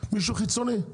מישהו חיצוני,